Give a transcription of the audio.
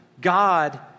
God